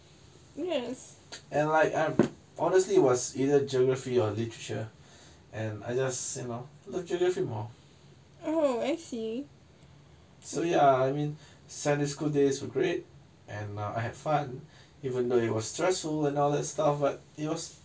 and like I'm honestly was either geography or literature and I just you know love geography more so ya I mean secondary school days were great and now I have fun even though it was stressful and all that stuff but it was